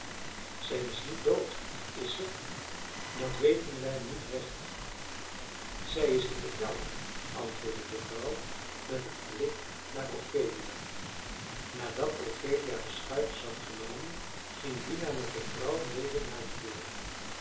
zij is niet dood is ze dat weten wij niet recht zij is in den kelder antwoordde de vrouw met een blik naar ophelia nadat ophelia beschuitjes had genomen ging dina met de vrouw mede naar de deur